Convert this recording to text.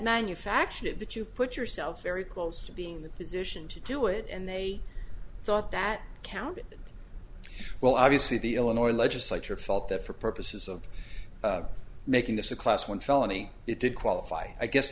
manufactured it but you put yourself very close to being in the position to do it and they thought that counted well obviously the illinois legislature felt that for purposes of making this a class one felony it did qualify i guess